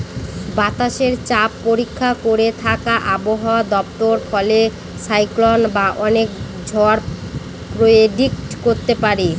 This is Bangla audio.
বাতাসের চাপ পরীক্ষা করে থাকে আবহাওয়া দপ্তর ফলে সাইক্লন বা অনেক ঝড় প্রেডিক্ট করতে পারে